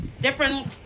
different